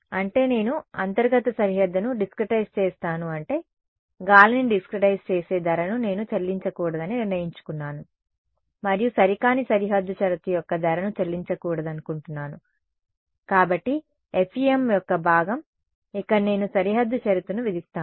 అంటే నేను అంతర్గత సరిహద్దును డిస్క్రెటైస్ చేస్తాను అంటే గాలిని డిస్క్రెటైస్ చేసే ధరను నేను చెల్లించకూడదని నిర్ణయించుకున్నాను మరియు సరికాని సరిహద్దు షరతు యొక్క ధరను చెల్లించకూడదనుకుంటున్నాను కాబట్టి FEM యొక్క భాగం ఇక్కడ నేను సరిహద్దు షరతును విధిస్తాను